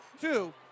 two